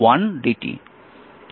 সুতরাং